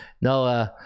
No